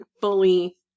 fully